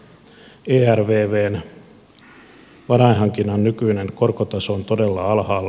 ervvn varainhankinnan nykyinen korkotaso on todella alhaalla